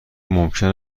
ممکن